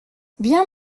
viens